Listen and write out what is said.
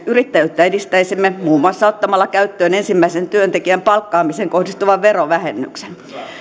yrittäjyyttä edistäisimme muun muassa ottamalla käyttöön ensimmäisen työntekijän palkkaamiseen kohdistuvan verovähennyksen